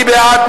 מי בעד?